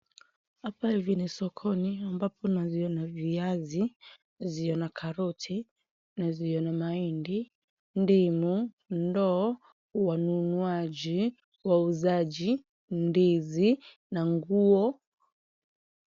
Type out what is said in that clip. Hapa hivi ni sokoni, ambapo naziona viazi, naziona karoti, naziona mahindi, ndimu, ndoo, wanunuaji, wauzaji, ndizi, na nguo...